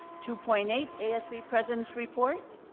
two point eight asb president's report.